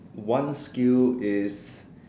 one skill is